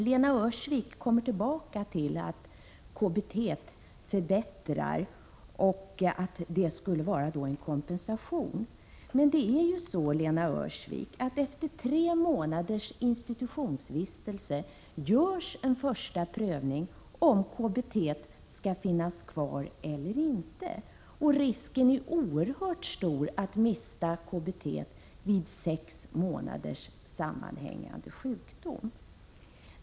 Lena Öhrsvik kommer tillbaka till att KBT innebär en förbättring och att det skall utgöra en kompensation. Men, Lena Öhrsvik, efter tre månaders institutionsvistelse görs en första prövning om KBT skall finnas kvar eller inte. Vid sex månaders sammanhängande sjukdom är risken oerhört stor att man mister KBT.